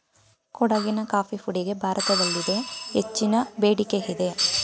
ಕೊಡಗಿನ ಕಾಫಿ ಪುಡಿಗೆ ಭಾರತದಲ್ಲಿದೆ ಹೆಚ್ಚಿನ ಬೇಡಿಕೆಯಿದೆ